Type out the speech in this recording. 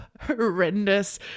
horrendous